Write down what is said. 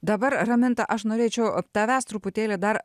dabar raminta aš norėčiau tavęs truputėlį dar